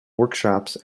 workshops